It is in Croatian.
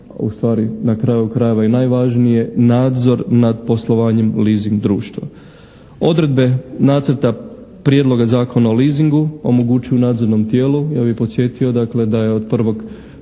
a ustvari na kraju krajeva i najvažnije, nadzor nad poslovanjem leasing društva. Odredbe Nacrta prijedloga Zakona o leasingu omogućuju nadzornom tijelu, ja bih podsjetio da je od 1.1.